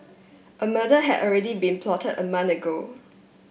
a murder had already been plotted a month ago